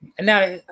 Now